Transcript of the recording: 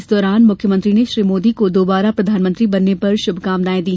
इस दौरान मुख्यमंत्री ने श्री मोदी को दोबारा प्रधानमंत्री बनने पर शुभकामनाएं दी